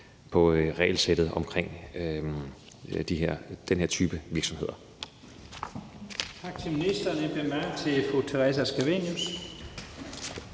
på regelsættet omkring den her type virksomheder.